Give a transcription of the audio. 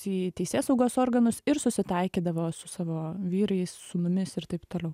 į teisėsaugos organus ir susitaikydavau su savo vyrais sūnumis ir taip toliau